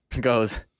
goes